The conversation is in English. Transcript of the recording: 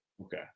Okay